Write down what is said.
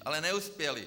Ale neuspěly.